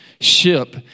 ship